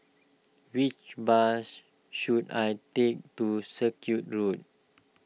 which bus should I take to Circuit Road